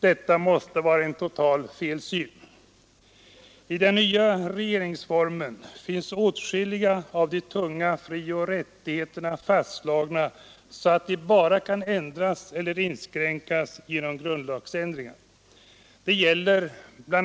Detta måste vara en total felsyn. I den nya regeringsformen finns åtskilliga av de tunga frioch rättigheterna fastslagna, så att de endast kan ändras eller inskränkas genom grundlagsändring. Bl.